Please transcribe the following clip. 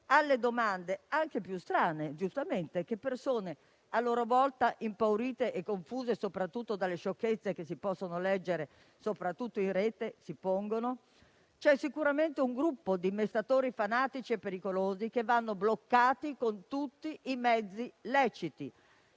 alle domande, anche le più strane, che giustamente le persone si pongono, a loro volta impaurite e confuse dalle sciocchezze che si possono leggere soprattutto in rete? C'è sicuramente un gruppo di mestatori fanatici e pericolosi, che vanno bloccati con tutti i mezzi leciti.